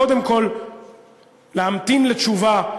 קודם כול להמתין לתשובה,